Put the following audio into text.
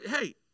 Hey